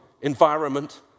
environment